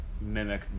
mimic